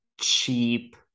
cheap